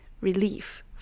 relief